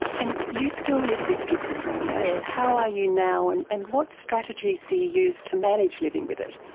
and you still live with schizophrenia. how are you now, and and what strategies do you use to manage living with it?